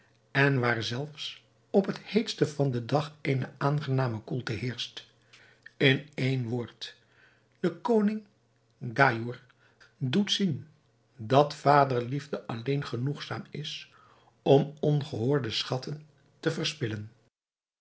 en waar zelfs op het heetste van den dag eene aangename koelte heerscht in één woord de koning gaïour doet zien dat vaderliefde alleen genoegzaam is om ongehoorde schatten te verspillen